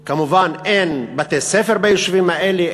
כמובן, אין בתי-ספר ביישובים האלה.